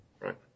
Right